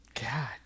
god